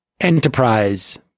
enterprise